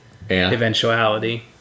eventuality